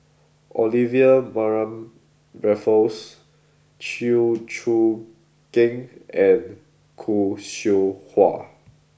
Olivia Mariamne Raffles Chew Choo Keng and Khoo Seow Hwa